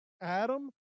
Adam